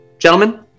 Gentlemen